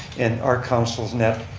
and our council's net,